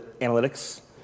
analytics